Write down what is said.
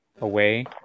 away